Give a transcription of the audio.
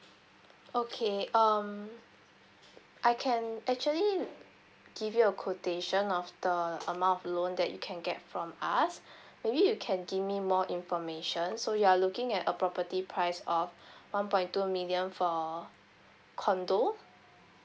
okay um I can actually give you a quotation of the amount of loan that you can get from us maybe you can give me more information so you are looking at a property price of one point two million for condominium